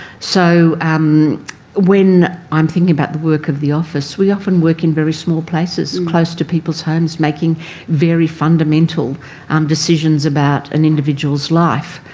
so um when i'm thinking about the work of the office, we often work in very small places close to people's homes, making very fundamental um decisions about an individual's life,